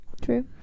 True